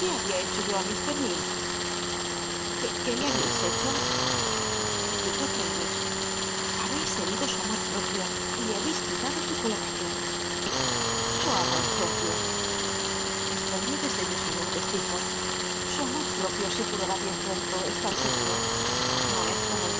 hecho yo á mil que qué le habíais hecho replicó traddles habéis herido su amor propio y le habcis cruitado sn colocacion su amor propio respondió desdciíosamenle ccrforlh su amor propio se cmar r bien pronlo sl estad scgmo no es